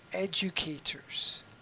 educators